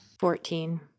Fourteen